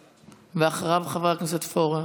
ואחריו, חבר הכנסת פורר.